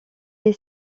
est